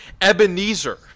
Ebenezer